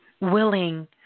willing